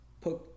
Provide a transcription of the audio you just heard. put